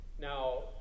Now